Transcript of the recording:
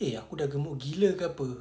eh aku dah gemuk gila ke apa